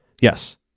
Yes